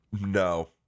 no